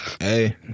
Hey